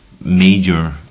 major